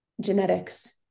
genetics